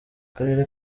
akarere